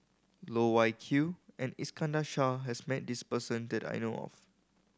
Loh Wai Kiew and Iskandar Shah has met this person that I know of